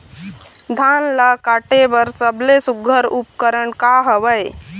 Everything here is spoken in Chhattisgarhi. धान ला काटे बर सबले सुघ्घर उपकरण का हवए?